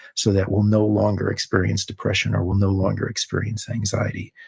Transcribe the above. so that we'll no longer experience depression, or we'll no longer experience anxiety.